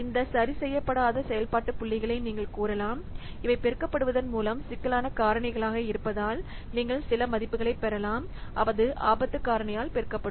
இந்த சரிசெய்யப்படாத செயல்பாட்டு புள்ளிகளை நீங்கள் கூறலாம் இவை பெருக்கப்படுவதன் மூலம் சிக்கலான காரணிகளாக இருப்பதால் நீங்கள் சில மதிப்பைப் பெறலாம் அது ஆபத்து காரணியால் பெருக்கப்படும்